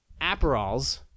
Aperols